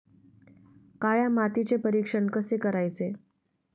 काळ्या मातीचे परीक्षण कसे करायचे?